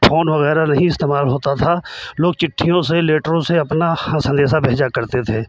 phone वगैरह नहीं इस्तेमाल होता था लोग चिठ्ठियों से लेटरों से अपना हर संदेशा भेजा करते थे